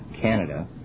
Canada